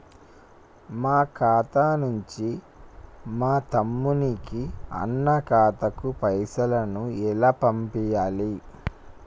మా ఖాతా నుంచి మా తమ్ముని, అన్న ఖాతాకు పైసలను ఎలా పంపియ్యాలి?